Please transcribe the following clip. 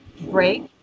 break